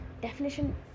definition